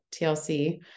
TLC